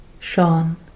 Sean